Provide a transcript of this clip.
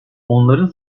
onların